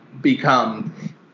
become